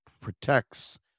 protects